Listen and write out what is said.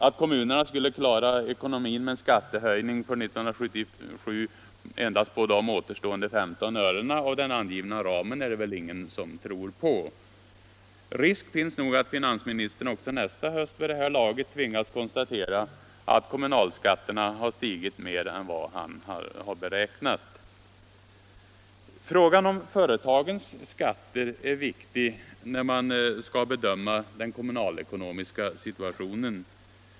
Att kommunerna skulle klara ekonomin med en skattehöjning för 1977 på endast de återstående 15 örena av den angivna ramen är det väl ingen som tror. Risk finns nog för att finansministern också nästa höst vid det här laget tvingas konstatera att kommunalskatterna stigit mer än vad han beräknat. Frågan om företagens skatter är viktig när man skall bedöma den kommunalekonomiska situationen.